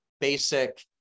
basic